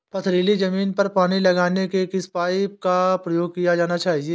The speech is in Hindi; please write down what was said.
पथरीली ज़मीन पर पानी लगाने के किस पाइप का प्रयोग किया जाना चाहिए?